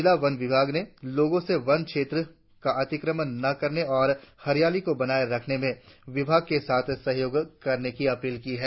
जिला वन विभाग ने लोगों से वन क्षेत्र का अतिक्रमण न करने और हरियाली को बनाए रखने में विभाग के साथ सहयोग करने की अपील की है